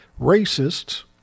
racists